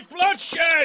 bloodshed